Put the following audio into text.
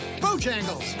Bojangles